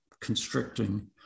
constricting